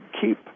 keep